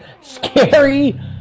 scary